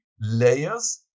layers